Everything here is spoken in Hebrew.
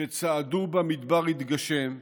שצעדו במדבר התגשם,